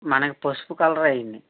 మనకి పసుపు కలర్ అయిని